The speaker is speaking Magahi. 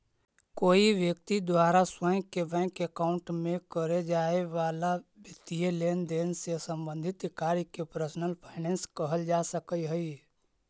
कोई व्यक्ति द्वारा स्वयं के बैंक अकाउंट में करे जाए वाला वित्तीय लेनदेन से संबंधित कार्य के पर्सनल फाइनेंस कहल जा सकऽ हइ